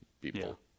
people